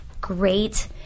Great